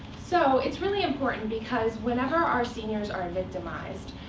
so it's really important because whenever our seniors are victimized,